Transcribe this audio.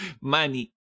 Money